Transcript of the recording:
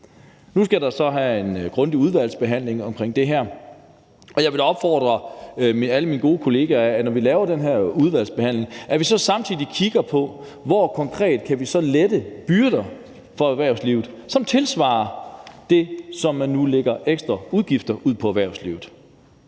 Nu skal der så være en grundig udvalgsbehandling omkring det her, og jeg vil da opfordre alle mine gode kollegaer til, at når vi har den her udvalgsbehandling, kigger vi samtidig på, hvor vi så konkret kan lette nogle byrder for erhvervslivet, som tilsvarer det, som man nu lægger af ekstra udgifter på erhvervslivet.